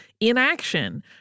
inaction